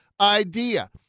idea